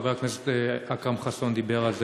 חבר הכנסת אכרם חסון דיבר על זה,